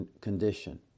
condition